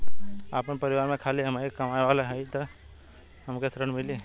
आपन परिवार में खाली हमहीं कमाये वाला हई तह हमके ऋण मिली?